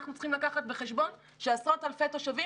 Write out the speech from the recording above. אנחנו צריכים לקחת בחשבון שעשרות אלפי תושבים